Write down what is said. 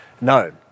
No